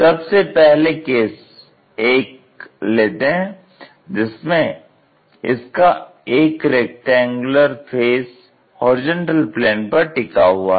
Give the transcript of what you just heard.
सबसे पहले केस 1 लेते हैं जिसमें इसका एक रैक्टेंगुलर फेस HP पर टिका हुआ है